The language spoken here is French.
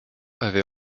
avait